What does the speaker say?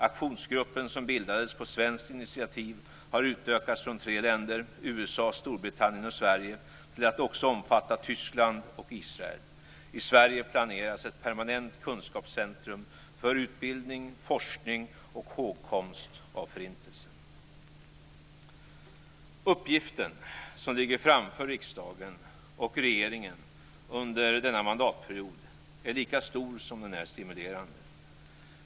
Aktionsgruppen som bildades på svenskt initiativ har utökats från tre länder - USA, Storbritannien och Sverige - till att också omfatta Tyskland och Israel. I Sverige planeras ett permanent kunskapscentrum för utbildning, forskning och hågkomst av Förintelsen. Uppgiften som ligger framför riksdagen och regeringen under denna mandatperiod är lika stor som den är stimulerande.